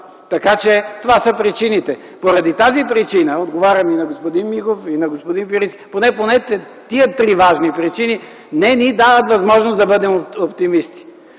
Така че, това са причините. Поради тази причина и – отговарям и на господин Миков, и на господин Пирински – поне по тези три важни причини не ни дават възможност да бъдем оптимисти.